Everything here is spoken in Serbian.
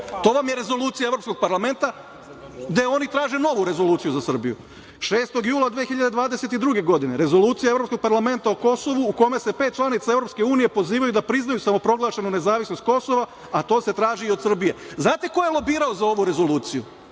To vam je rezolucija Evropskog parlamenta gde oni traže novu rezoluciju za Srbiju. Šestog jula 2022. godine rezolucija Evropskog parlamenta o Kosovu, u kome se pet članica EU pozivaju da priznaju samoproglašenu nezavisnost Kosova, a to se traži i od Srbije. Znate li ko je lobirao za ovu rezoluciju?